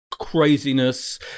craziness